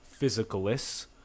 physicalists